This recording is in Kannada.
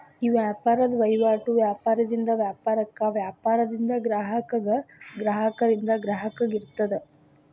ಈ ವ್ಯಾಪಾರದ್ ವಹಿವಾಟು ವ್ಯಾಪಾರದಿಂದ ವ್ಯಾಪಾರಕ್ಕ, ವ್ಯಾಪಾರದಿಂದ ಗ್ರಾಹಕಗ, ಗ್ರಾಹಕರಿಂದ ಗ್ರಾಹಕಗ ಇರ್ತದ